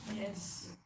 Yes